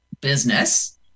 business